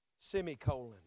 Semicolon